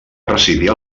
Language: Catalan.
residir